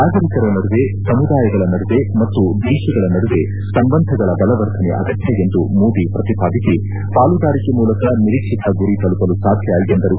ನಾಗರಿಕರ ನಡುವೆ ಸಮುದಾಯಗಳ ನಡುವೆ ಮತ್ತು ದೇಶಗಳ ನಡುವೆ ಸಂಬಂಧಗಳ ಬಲವರ್ಧನೆ ಅಗತ್ಯ ಎಂದು ಮೋದಿ ಪ್ರತಿಪಾದಿಸಿ ಪಾಲುದಾರಿಕೆ ಮೂಲಕ ನಿರೀಕ್ಷಿತ ಗುರಿ ತಲುಪಲು ಸಾಧ್ಯ ಎಂದರು